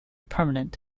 permanent